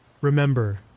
Remember